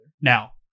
Now